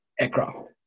aircraft